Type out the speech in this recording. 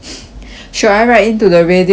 should I write in to the radio and say